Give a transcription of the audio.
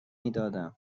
میدادم